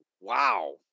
Wow